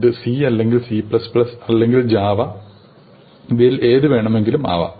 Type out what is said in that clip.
ഇത് C അല്ലെങ്കിൽ C അല്ലെങ്കിൽ java എന്നിവയിൽ ഏത് വേണമെങ്കിലും ആവാം